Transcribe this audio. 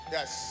Yes